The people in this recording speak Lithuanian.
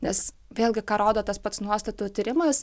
nes vėlgi ką rodo tas pats nuostatų tyrimas